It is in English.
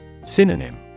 Synonym